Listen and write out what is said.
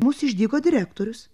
mus išdygo direktorius